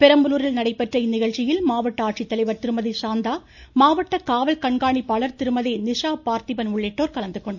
பெரம்பலூரில் நடைபெற்ற இந்நிகழ்ச்சியில் மாவட்ட ஆட்சித்தலைவர் திருமதி சாந்தா மாவட்ட காவல் கண்காணிப்பாளர் திருமதி நிசா பார்த்திபன் உள்ளிட்டோர் கலந்துகொண்டனர்